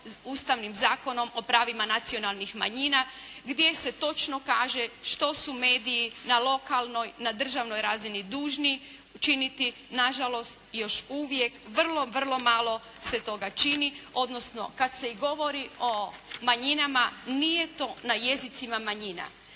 Ustavnim zakonom o pravima nacionalnih manjina gdje se točno kaže što su mediji na lokalnoj, na državnoj razini dužni učiniti. Na žalost još uvijek vrlo vrlo malo se toga čini, odnosno kad se i govori o manjinama nije to na jezicima manjina.